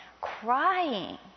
crying